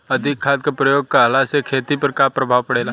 अधिक खाद क प्रयोग कहला से खेती पर का प्रभाव पड़ेला?